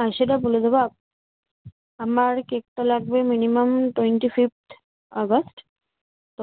হ্যাঁ সেটা বলে দেবো আপ আমার কেকটা লাগবে মিনিমাম টোয়েন্টি ফিফ্থ আগস্ট তো